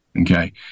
Okay